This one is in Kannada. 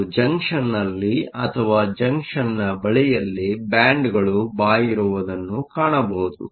ಮತ್ತು ಜಂಕ್ಷನ್ನಲ್ಲಿ ಅಥವಾ ಜಂಕ್ಷನ್ನ ಬಳಿಯಲ್ಲಿ ಬ್ಯಾಂಡ್ಗಳು ಬಾಗಿರುವುದನ್ನು ಕಾಣಬಹುದು